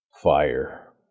fire